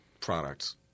products